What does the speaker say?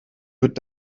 wird